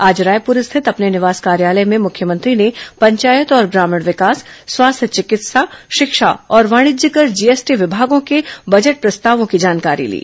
आज रायपुर स्थित अपने निवास कार्यालय में मुख्यमंत्री ने पंचायत और ग्रामीण विकास स्वास्थ्य चिकित्सा शिक्षा और वाणिज्यकर जीएसटी विभागों के बजट प्रस्तावों की जानकारी ली